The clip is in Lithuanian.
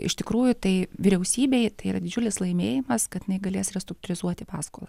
iš tikrųjų tai vyriausybei tai yra didžiulis laimėjimas kad jinai galės restruktūrizuoti paskolą